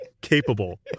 capable